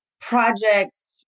projects